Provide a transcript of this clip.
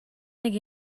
нэг